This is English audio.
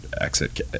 exit